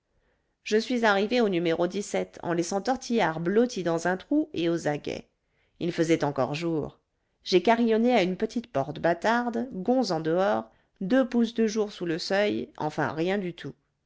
je suis arrivée au n en laissant tortillard blotti dans un trou et aux aguets il faisait encore jour j'ai carillonné à une petite porte bâtarde gonds en dehors deux pouces de jour sous le seuil enfin rien du tout